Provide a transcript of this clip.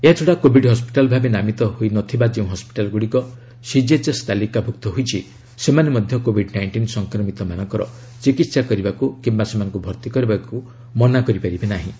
ଏହାଛଡା covid hospital ଭାବେ ନାମିତ ହୋଇନଥିବା ଯେଉଁ ହସ୍କିଟାଲ ଗ୍ରଡ଼ିକ ସିଜିଏଚ୍ଏସ୍ ତାଲିକାଭୁକ୍ତ ହୋଇଛି ସେମାନେ ମଧ୍ୟ କୋଭିଡ ନାଇଣ୍ଟିନ୍ ସଂକ୍ରମିତ ମାନଙ୍କର ଚିକିତ୍ସା କରିବାକୁ କିମ୍ବା ସେମାନଙ୍କୁ ଭର୍ତ୍ତି କରିବାକୁ ମନା କରିପାରିବେ ନାହିଁ